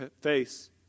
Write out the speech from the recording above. face